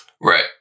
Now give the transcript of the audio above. Right